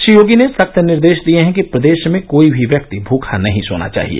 श्री योगी ने सख्त निर्देश दिए हैं कि प्रदेश में कोई भी व्यक्ति भूखा नहीं सोना चाहिए